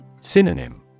Synonym